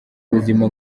ubuzima